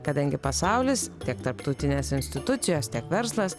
kadangi pasaulis tiek tarptautinės institucijos tiek verslas